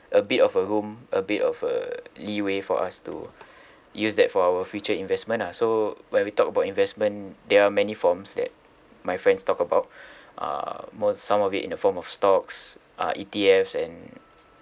a bit of a room a bit of a leeway for us to use that for our future investment ah so when we talk about investment there are many forms that my friends talk about uh most some of it in the form of stocks uh E_T_Fs and